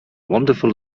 wonderful